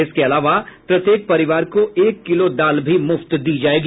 इसके अतिरिक्त प्रत्येक परिवार को एक किलो दाल भी मुफ्त दी जाएगी